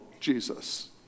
Jesus